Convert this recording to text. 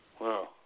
Wow